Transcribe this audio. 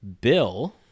Bill